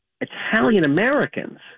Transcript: Italian-Americans